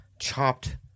Chopped